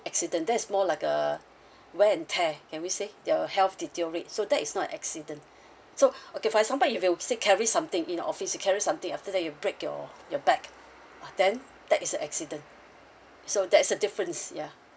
accident that's more like uh wear and tear can we say your health deteriorate so that is not an accident so okay for example if you will say carry something in the office you carry something after that you break your your back then that is a accident so that is a difference ya